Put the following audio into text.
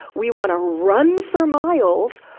we want to run for miles,